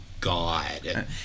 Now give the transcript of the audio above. God